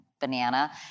banana